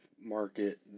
market